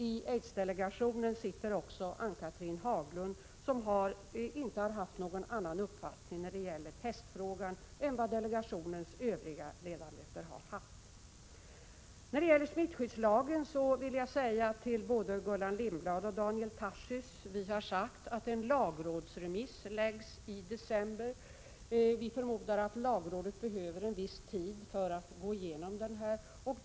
I aidsdelegationen sitter också Ann-Cathrine Haglund, som inte har haft någon annan uppfattning i fråga om testningen än vad delegationens övriga ledamöter har haft. När det gäller smittskyddslagen vill jag säga till både Gullan Lindblad och Daniel Tarschys att vi har sagt att en lagrådsremiss skall läggas fram i december. Vi förmodar att lagrådet behöver en viss tid för att gå igenom detta.